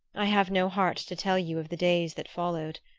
i have no heart to tell you of the days that followed.